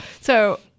So-